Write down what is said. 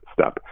step